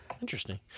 interesting